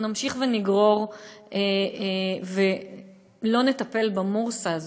אנחנו נמשיך ונגרור ולא נטפל במורסה הזאת,